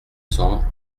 cents